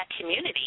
community